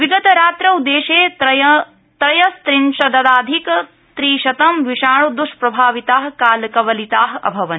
विगत रात्रौ देशे त्रयस्त्रिंशदाधिकत्रिशतम् विषाणुदुष्प्रभाविता कालकवलिता अभवन्